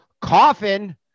coffin